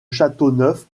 châteauneuf